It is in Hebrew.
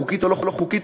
חוקית או לא חוקית,